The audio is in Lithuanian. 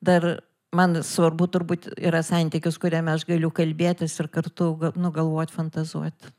dar man svarbu turbūt yra santykis kuriame aš galiu kalbėtis ir kartu g nu galvot fantazuot